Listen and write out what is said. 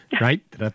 right